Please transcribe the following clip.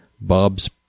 Bob's